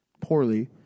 poorly